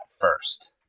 first